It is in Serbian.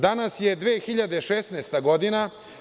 Danas je 2016. godina.